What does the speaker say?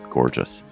gorgeous